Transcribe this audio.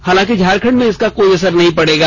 हालाँकि झारखण्ड में इसका कोई असर नहीं पड़ेगा